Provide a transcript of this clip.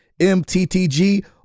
mttg